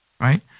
right